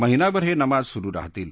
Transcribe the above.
महिनाभर हे नमाज सुरु राहतील